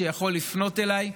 יכול לפנות אליי,